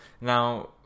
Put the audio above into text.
now